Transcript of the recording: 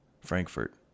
Frankfurt